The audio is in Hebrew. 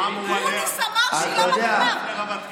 אחרי שעמדה בכל המבחנים והניסיון הראוי לתפקידה.